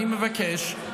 אני מבקש,